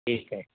ठीक आहे